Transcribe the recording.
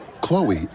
Chloe